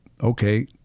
okay